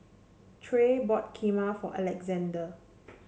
Tre bought Kheema for Alexzander